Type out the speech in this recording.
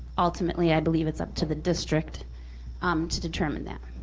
ultimately, i believe it's up to the district um to determine that.